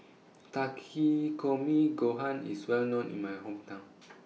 Takikomi Gohan IS Well known in My Hometown